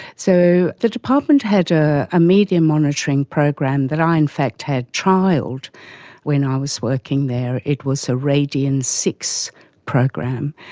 so the department had a media monitoring program that i in fact had trialled when i was working there. it was a radian six program,